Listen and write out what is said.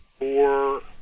Four